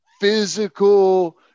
physical